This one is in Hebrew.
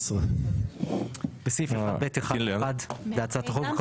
12. בסעיף 1(ב1)(1) להצעת החוק,